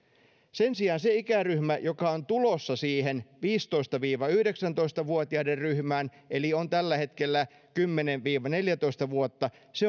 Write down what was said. sen sijaan se ikäryhmä joka on tulossa viisitoista viiva yhdeksäntoista vuotiaiden ryhmään eli on tällä hetkellä kymmenen viiva neljätoista vuotta